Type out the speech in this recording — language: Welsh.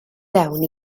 fewn